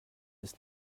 ist